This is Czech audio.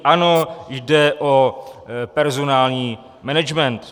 Ano, jde o personální management.